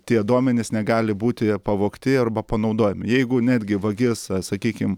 tie duomenys negali būti pavogti arba panaudojami jeigu netgi vagis sakykim